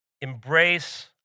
embrace